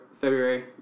February